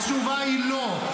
התשובה היא לא.